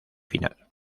final